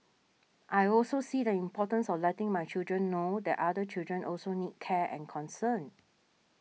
I also see the importance of letting my children know that other children also need care and concern